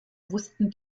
wussten